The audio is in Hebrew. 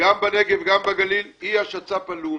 בנגב ובגליל היא השצ"פ הלאומי,